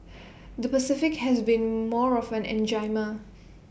the Pacific has been more of an enigma